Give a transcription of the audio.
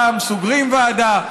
פעם סוגרים ועדה,